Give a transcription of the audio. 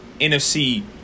NFC